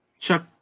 Chuck